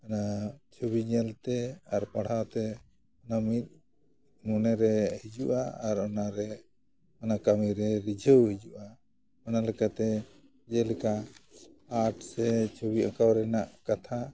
ᱚᱱᱟ ᱪᱷᱚᱵᱤ ᱧᱮᱞᱛᱮ ᱟᱨ ᱯᱟᱲᱦᱟᱣ ᱛᱮ ᱚᱱᱟ ᱢᱤᱫ ᱢᱚᱱᱮ ᱨᱮ ᱦᱤᱡᱩᱜᱼᱟ ᱟᱨ ᱚᱱᱟ ᱨᱮ ᱚᱱᱟ ᱠᱟᱹᱢᱤ ᱨᱮ ᱨᱤᱡᱷᱟᱹᱣ ᱦᱤᱡᱩᱜᱼᱟ ᱚᱱᱟ ᱞᱮᱠᱟᱛᱮ ᱡᱮᱞᱮᱠᱟ ᱟᱨᱴ ᱥᱮ ᱪᱷᱚᱵᱤ ᱟᱸᱠᱟᱣ ᱨᱮᱱᱟᱜ ᱠᱟᱛᱷᱟ